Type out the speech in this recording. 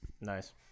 Nice